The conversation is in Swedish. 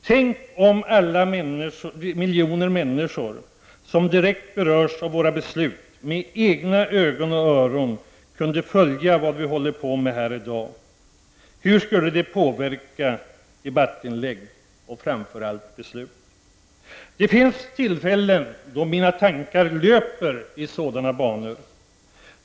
Tänk om alla de miljoner människor som direkt berörs av våra beslut med egna ögon och öron kunde följa vad vi här håller på med i dag! Hur skulle det månne påverka debattinläggen och framför allt besluten? Det finns tillfällen då mina tankar löper i sådana banor.